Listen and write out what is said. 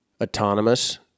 autonomous